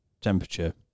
temperature